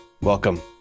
Welcome